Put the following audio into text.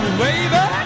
baby